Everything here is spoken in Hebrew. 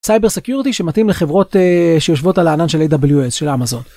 סייבר סקיורטי שמתאים לחברות שיושבות על הענן של AWS של אמזון.